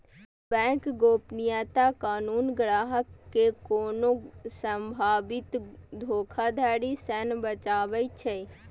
bank गोपनीयता कानून ग्राहक कें कोनो संभावित धोखाधड़ी सं बचाबै छै